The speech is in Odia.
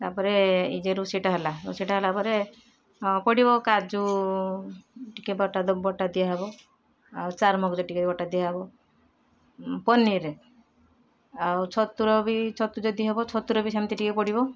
ତାପରେ ଏଇ ଯେ ରୋଷେଇ ଟା ହେଲା ରୋଷେଇ ଟା ହେଲା ପରେ ପଡ଼ିବ କାଜୁ ଟିକେ ବଟା ଦ ବଟା ଦିଆ ହବ ଆଉ ଚାରମଗଜ ଟିକେ ବଟା ଦିଆହବ ପନିରରେ ଆଉ ଛତୁର ବି ଛତୁ ଯଦି ହବ ଛତୁରେ ବି ସେମିତି ଟିକେ ପଡ଼ିବ